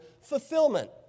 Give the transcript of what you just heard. Fulfillment